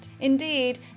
Indeed